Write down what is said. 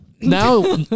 now